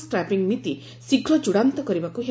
scrapping ନୀତି ଶୀଘ୍ର ଚୂଡ଼ାନ୍ତ କରିବାକୁ ହେବ